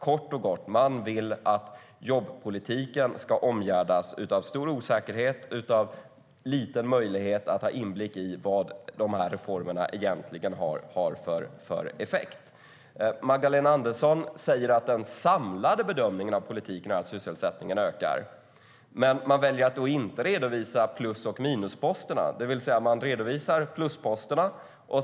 Kort och gott vill man att jobbpolitiken ska omgärdas av stor osäkerhet och liten möjlighet till inblick i vad reformerna egentligen har för effekt. Magdalena Andersson säger att den samlade bedömningen av politiken är att sysselsättningen ökar. Men man väljer att inte redovisa både plus och minusposterna. Man redovisar plusposterna.